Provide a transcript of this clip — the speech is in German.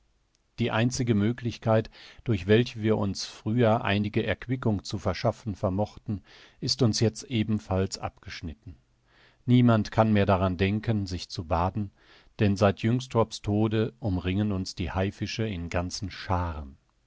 die einzige möglichkeit durch welche wir uns früher einige erquickung zu verschaffen vermochten ist uns jetzt ebenfalls abgeschnitten niemand kann mehr daran denken sich zu baden denn seit jynxtrop's tode umringen uns die haifische in ganzen schaaren